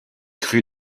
crues